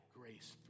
grace